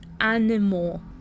animal